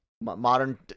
modern